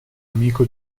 amico